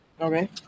Okay